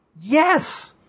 Yes